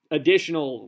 additional